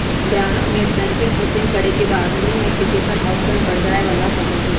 ग्राहक net banking open करे के बाद लोन एप्लीकेशन ऑप्शन पर जाय ला होबा हई